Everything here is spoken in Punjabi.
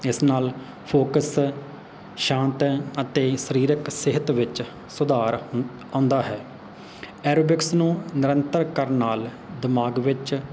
ਜਿਸ ਨਾਲ ਫੋਕਸ ਸ਼ਾਂਤ ਅਤੇ ਸਰੀਰਕ ਸਿਹਤ ਵਿੱਚ ਸੁਧਾਰ ਆਉਂਦਾ ਹੈ ਐਰੋਬਿਕਸ ਨੂੰ ਨਿਰੰਤਰ ਕਰਨ ਨਾਲ ਦਿਮਾਗ ਵਿੱਚ